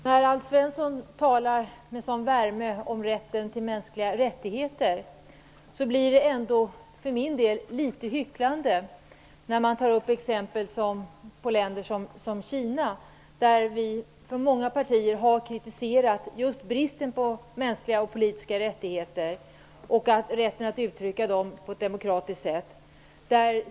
Herr talman! Alf Svensson talar med värme om mänskliga rättigheter. Men det är för mig litet hycklande när han tar som exempel länder som Kina. Vi har från många partier kritiserat just bristen på rätten att uttrycka mänskliga och politiska rättigheter på ett demokratiskt sätt.